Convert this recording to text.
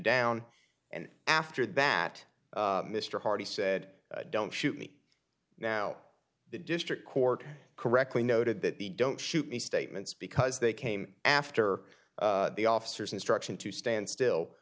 down and after that mr hardy said don't shoot me now the district court correctly noted that the don't shoot me statements because they came after the officers instruction to stand still